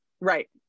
Right